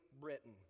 Britain